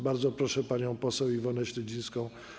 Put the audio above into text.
Bardzo proszę panią poseł Iwonę Śledzińską.